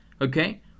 okay